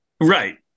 Right